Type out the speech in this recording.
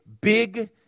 big